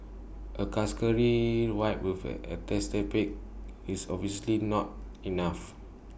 A cursory wipe with A antiseptic is obviously not enough